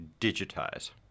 digitize